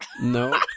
No